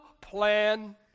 plan